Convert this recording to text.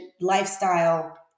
lifestyle